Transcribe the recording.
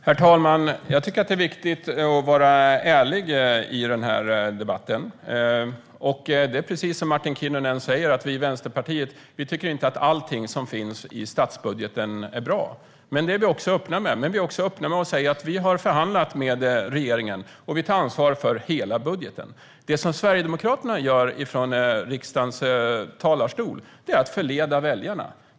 Herr talman! Jag tycket att det är viktigt att vara ärlig i den här debatten. Det är precis som Martin Kinnunen säger: Vi i Vänsterpartiet tycker inte att allting som finns i statsbudgeten är bra, vilket vi också är öppna med. Men vi är också öppna med att säga att vi har förhandlat med regeringen, och vi tar ansvar för hela budgeten. Det som Sverigedemokraterna gör från riksdagens talarstol är att förleda väljarna.